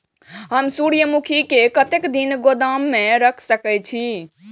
हम सूर्यमुखी के कतेक दिन गोदाम में रख सके छिए?